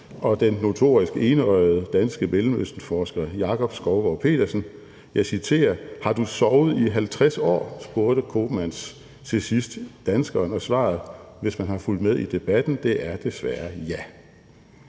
og den notorisk enøjede danske Mellemøstenforsker Jakob Skovgaard-Petersen. Jeg citerer: Har du sovet i 50 år? spurgte Koopmans til sidst danskeren, og man ser, hvis man har fulgt med i debatten, at svaret desværre er